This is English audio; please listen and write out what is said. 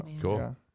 Cool